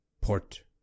port